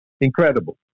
Incredible